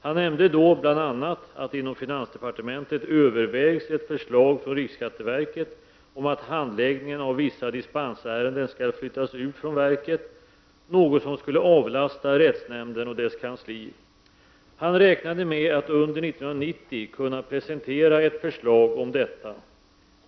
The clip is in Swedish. Han nämnde då bl.a. att man inom finansdepartementet övervägt ett förslag från riksskatteverket om att handläggningen av vissa dispensärenden skulle flyttas ut från verket, något som skulle avlasta rättsnämnden och dess kansli. Han räknade med att under 1990 kunna presentera ett förslag om detta.